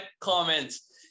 comments